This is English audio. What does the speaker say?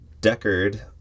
Deckard